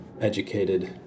educated